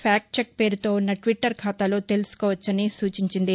ఫ్యాట్ట్ check పేరుతో ఉన్న Twitter ఖాతాలో తెలుసుకోవచ్చని సూచించింది